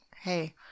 hey